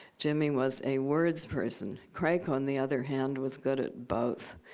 jimmy was a words person. crake, on the other hand, was good at both.